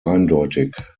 eindeutig